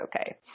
okay